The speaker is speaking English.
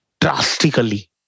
drastically